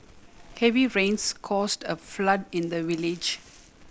heavy rains caused a flood in the village